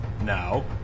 Now